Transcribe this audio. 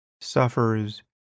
suffers